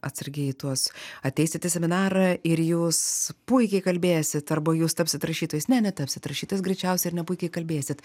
atsargiai į tuos ateisit į seminarą ir jūs puikiai kalbėsit arba jūs tapsit rašytojais ne netapsit rašytojais greičiausiai ir ne puikiai kalbėsit